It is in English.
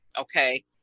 okay